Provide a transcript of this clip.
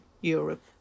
Europe